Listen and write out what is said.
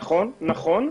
נכון.